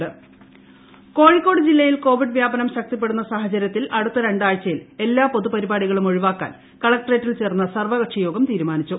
ട്ട് കോഴിക്കോട് ഇൻട്രോ കോഴിക്കോട് ജില്ലയിൽ കോവിഡ് വ്യാപനം ശക്തിപ്പെടുന്ന സാഹചരൃത്തിൽ അടുത്ത രണ്ടാഴ്ചയിൽ എല്ലാ പൊതുപരിപാടികളും ഒഴിവാക്കാൻ കലക്ടറേറ്റിൽ ചേർന്ന സർവകക്ഷിയോഗം തീരുമാനിച്ചു